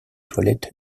toilettes